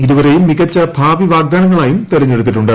ഇരുവരെയും മികച്ച ഭാവി വാഗ്ദാനങ്ങളായും തെരഞ്ഞെടുത്തിട്ടുണ്ട്